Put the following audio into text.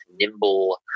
nimble